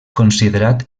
considerat